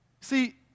See